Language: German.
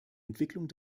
entwicklung